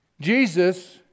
Jesus